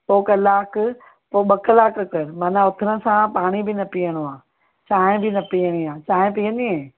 पोइ कलाकु पोइ ॿ कलाकु कर माना उथण सां पाणी बि न पीअणो आहे चांहि बि न पीअणी आहे चांहि पीअंदी आहीं